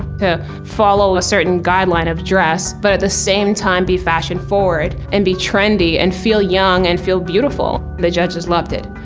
to follow a certain guideline of dress, but at the same time, be fashion forward, and be trendy and feel young and feel beautiful. the judges loved it.